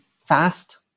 fast